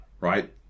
right